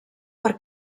per